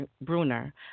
Bruner